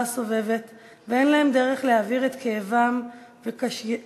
הסובבת ואין להם דרך להעביר את כאבם וקשייהם.